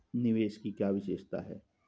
निवेश की क्या विशेषता है?